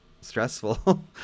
stressful